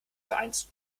vereins